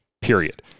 period